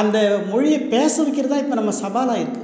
அந்த மொழியை பேச வைக்கிறதான் இப்போ நம்ம சவாலாக இருக்கு